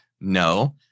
No